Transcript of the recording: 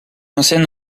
ancienne